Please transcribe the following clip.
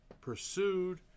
pursued